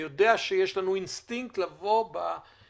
אני יודע שיש לנו אינסטינקט בעשורים